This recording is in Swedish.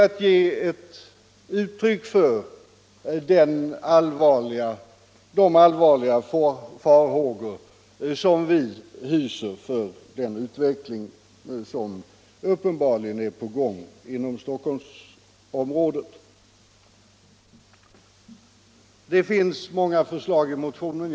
Vi ger uttryck för de allvarliga farhågor vi hyser för den utveckling som uppenbarligen är på gång inom Stockholmsområdet. Det finns många förslag i motionen.